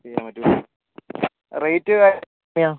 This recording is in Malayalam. ചെയ്യാൻ പറ്റുമല്ലേ റേറ്റ് എങ്ങനൊക്കെയാണ്